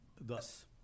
thus